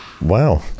Wow